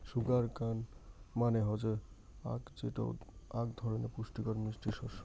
sugar cane মানে হসে আখ যেটো আক ধরণের পুষ্টিকর মিষ্টি শস্য